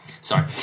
Sorry